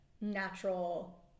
natural